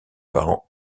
parents